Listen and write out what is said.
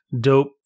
Dope